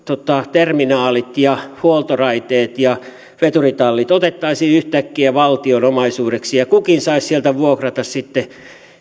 terminaalit huoltoraiteet ja veturitallit otettaisiin yhtäkkiä valtion omaisuudeksi ja kukin saisi sieltä vuokrata sitten